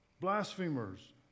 Blasphemers